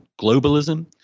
globalism